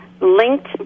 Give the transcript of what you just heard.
linked